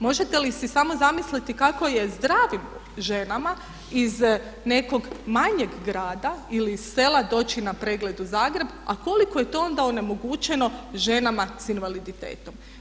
Možete li si samo zamisliti kako je zdravim ženama iz nekog manjeg grada ili iz sela doći na pregled u Zagreb, a koliko je to onda onemogućeno ženama sa invaliditetom.